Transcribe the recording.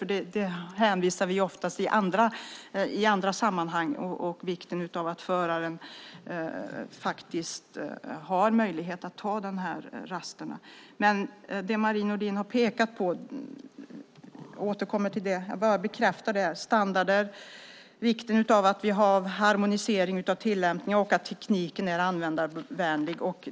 Vi hänvisar ofta i andra sammanhang till vikten av att föraren har möjlighet att ta raster. Det Marie Nordén har pekat på återkommer jag till. Jag bekräftar det här med standarder och vikten av att vi har en harmonisering av tillämpningen och att tekniken är användarvänlig.